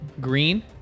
green